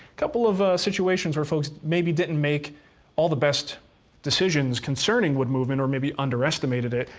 couple of situations where folks maybe didn't make all the best decisions concerning wood movement or maybe underestimated it.